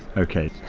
ok,